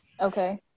Okay